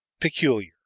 peculiar